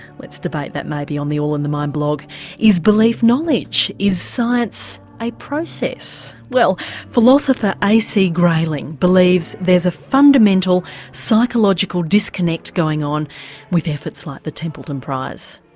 let's debate that maybe on the all in the mind blog is belief knowledge, is science a process? well philosopher ac grayling believes there's a fundamental psychological disconnect going on with efforts like the templeton prize.